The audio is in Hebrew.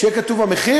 כשיהיה כתוב המחיר,